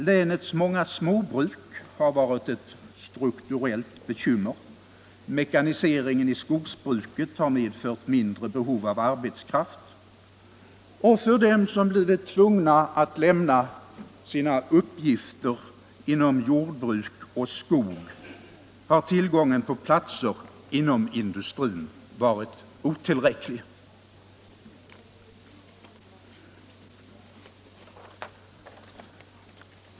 Länets många småbruk har varit ett strukturellt bekymmer, mekaniseringen i skogsbruket har medfört mindre behov av arbetskraft, och för dem som blivit tvungna att lämna sina uppgifter inom jordbruk och skogsbruk har tillgången på platser inom industrin varit otillräcklig.